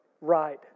Right